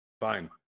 Fine